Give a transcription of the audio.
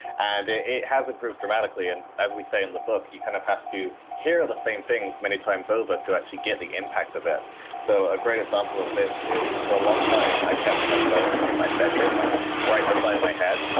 and it it has improved dramatically. and as we say, in the book, you kind of have to hear the same things many times over to actually get the impact of it so a great example of this is for a long time, i kept my phone in my bedroom, like right beside my head,